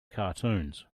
cartoons